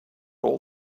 all